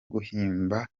guhimba